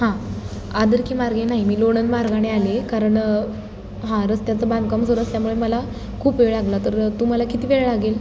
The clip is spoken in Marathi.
हां आदरकी मार्गे नाही मी लोणंद मार्गाने आले कारण हां रस्त्याचं बांधकाम सुरु असल्यामुळे मला खूप वेळ लागला तर तुम्हाला किती वेळ लागेल